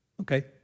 okay